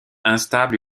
instables